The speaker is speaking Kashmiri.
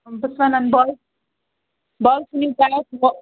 بہٕ چھَس ونان بال بالکنی تہِ آسوٕ